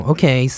Okay